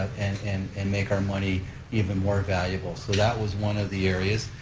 and and and make our money even more valuable. so that was one of the areas.